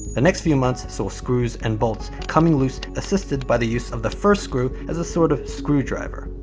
the next few months saw screws and bolts coming loose assisted by the use of the first screw as a sort of screwdriver.